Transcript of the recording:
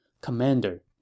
Commander